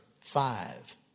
five